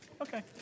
Okay